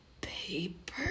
Paper